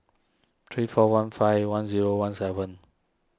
three four one five one zero one seven